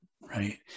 right